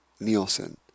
Nielsen